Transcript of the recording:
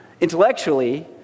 intellectually